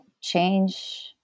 change